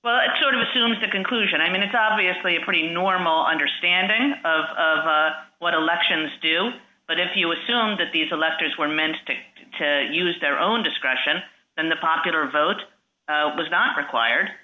well it sort of assumes a conclusion i mean it's obviously a pretty normal understanding of what elections do but if you assume that these electors were meant to use their own discretion and the popular vote was not require